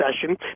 session